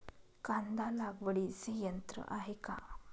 कांदा लागवडीचे यंत्र आहे का?